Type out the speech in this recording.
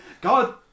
GOD